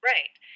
Right